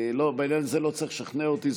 בעניין הזה לא צריך לשכנע אותי,